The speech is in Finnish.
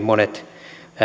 monet